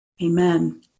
Amen